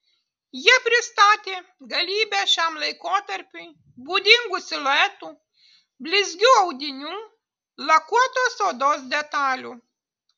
jie pristatė galybę šiam laikotarpiui būdingų siluetų blizgių audinių lakuotos odos detalių